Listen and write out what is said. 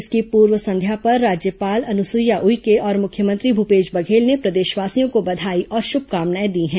इसकी पूर्व संध्या पर राज्यपाल अनुसुईया उइके और मुख्यमंत्री भूपेश बघेल ने प्रदेशवासियों को बधाई और शुभकामनाएं दी हैं